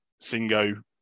Singo